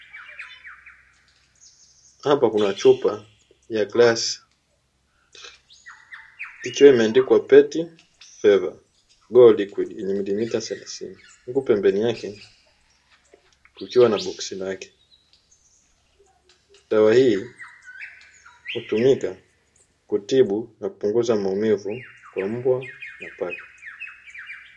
Hapa kuna chupa ya glass ikiwa imeandikwa "petty fever thelathini", huko pembeni yake kukiwa na boksi lake dawa hii hutumika kutibu na kupunguza maumivu kwa mbwa na paka.